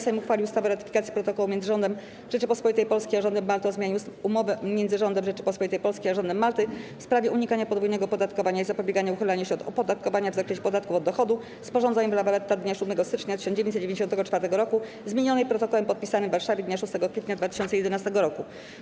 Sejm uchwalił ustawę o ratyfikacji Protokołu między Rządem Rzeczypospolitej Polskiej a Rządem Malty o zmianie Umowy między Rządem Rzeczypospolitej Polskiej a Rządem Malty w sprawie unikania podwójnego opodatkowania i zapobiegania uchylaniu się od opodatkowania w zakresie podatków od dochodu, sporządzonej w La Valetta dnia 7 stycznia 1994 roku, zmienionej Protokołem podpisanym w Warszawie dnia 6 kwietnia 2011 roku.